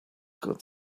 could